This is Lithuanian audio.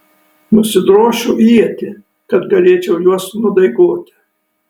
nusidrošiu ietį kad galėčiau juos nudaigoti